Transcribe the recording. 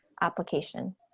application